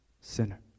sinner